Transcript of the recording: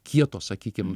kietos sakykim